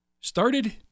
started